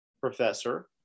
professor